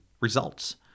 results